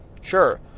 Sure